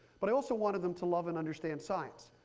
but i also wanted them to love and understand science.